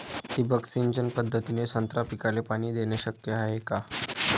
ठिबक सिंचन पद्धतीने संत्रा पिकाले पाणी देणे शक्य हाये का?